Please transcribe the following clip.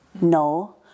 no